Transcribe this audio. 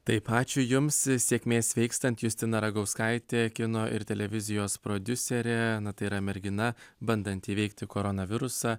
taip ačiū jums sėkmės sveikstant justina ragauskaitė kino ir televizijos prodiuserė na tai yra mergina bandanti įveikti koronavirusą